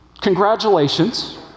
Congratulations